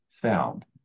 found